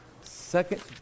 second